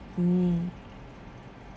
mm